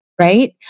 Right